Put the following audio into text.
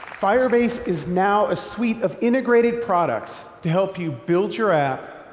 firebase is now a suite of integrated products to help you build your app,